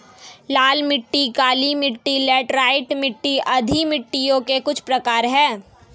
लाल मिट्टी, काली मिटटी, लैटराइट मिट्टी आदि मिट्टियों के कुछ प्रकार है